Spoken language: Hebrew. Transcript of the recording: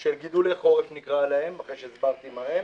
של גידולי חורף, נקרא להם, אחרי שהסברתי מה הם,